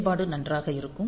செயல்பாடு நன்றாக இருக்கும்